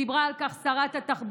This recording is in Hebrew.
דיברה על כך שרת התחבורה,